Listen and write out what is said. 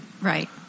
Right